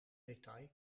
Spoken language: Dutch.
detail